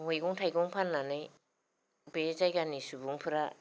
मैगं थाइगं फाननानै बे जायगानि सुबुंफोरा